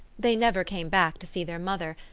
they never came back to see their mother,